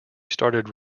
started